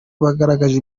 bagaragaje